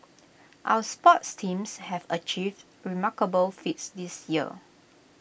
our sports teams have achieved remarkable feats this year